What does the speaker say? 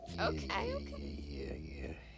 Okay